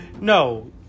No